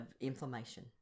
inflammation